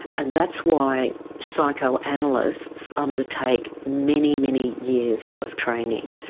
and that's why psychoanalysts undertake many, many years of training.